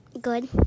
Good